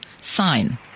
sign